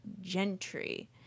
Gentry